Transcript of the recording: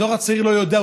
הדור הצעיר לא יודע.